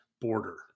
border